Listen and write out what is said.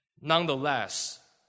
Nonetheless